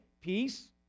peace